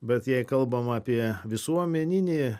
bet jei kalbama apie visuomeninį